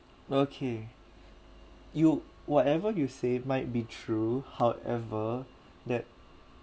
okay you whatever you said might be true however that